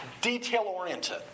detail-oriented